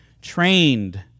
trained